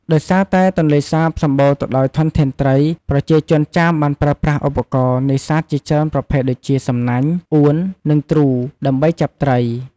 ដោយសារតែទន្លេសាបសម្បូរទៅដោយធនធានត្រី ប្រជាជនចាមបានប្រើប្រាស់ឧបករណ៍នេសាទជាច្រើនប្រភេទដូចជា សំណាញ់ អួន និងទ្រូ ដើម្បីចាប់ត្រី។